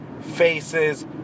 faces